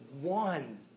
one